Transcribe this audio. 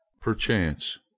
Perchance